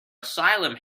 asylum